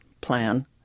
plan